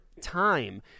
time